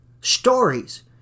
Stories